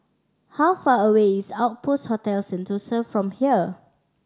how far away is Outpost Hotel Sentosa from here